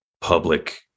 public